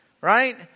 right